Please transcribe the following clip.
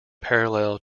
parallel